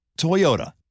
Toyota